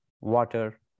water